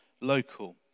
local